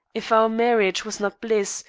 if our marriage was not bliss,